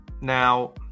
now